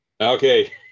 okay